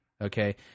Okay